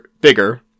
bigger